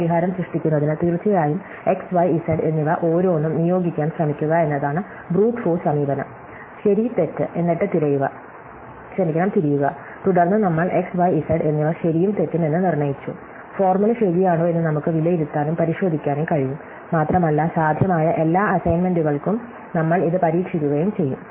ഒരു പരിഹാരം സൃഷ്ടിക്കുന്നതിന് തീർച്ചയായും x y z എന്നിവ ഓരോന്നും നിയോഗിക്കാൻ ശ്രമിക്കുക എന്നതാണ് ബ്രൂട്ട് ഫോഴ്സ് സമീപനം ശരി തെറ്റ് എന്നിട്ട് തിരിയുക തുടർന്ന് നമ്മൾ x y z എന്നിവ ശരിയും തെറ്റും എന്ന് നിർണ്ണയിച്ചു ഫോർമുല ശരിയാണോ എന്ന് നമുക്ക് വിലയിരുത്താനും പരിശോധിക്കാനും കഴിയും മാത്രമല്ല സാധ്യമായ എല്ലാ അസൈൻമെന്റുകൾക്കും നമ്മൾ ഇത് പരീക്ഷിക്കുകയും ചെയ്യും